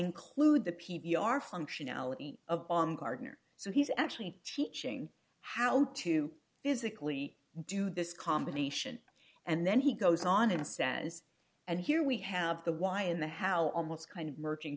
include the p b r functionality of on gardner so he's actually teaching how to physically do this combination and then he goes on and says and here we have the why in the how almost kind of merging